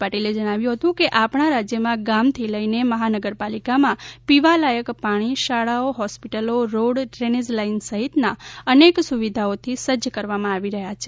પાટીલે જણાવ્યું હતું કે આપણા રાજયમાં ગામથી લઈને મહાનગરપાલિકામાં પીવા લાયક પાણી શાળાઓ હોસ્પિટલો રોડ ડ્રેનેઝ લાઇન સહિતના અનેક સુવિધાઓથી સજ્જ કરવામાં આવી રહ્યા છે